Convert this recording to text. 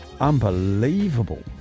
Unbelievable